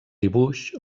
dibuix